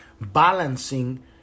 balancing